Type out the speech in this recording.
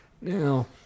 Now